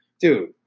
Dude